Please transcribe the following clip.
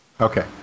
Okay